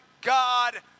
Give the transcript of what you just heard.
God